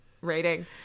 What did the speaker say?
rating